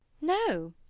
No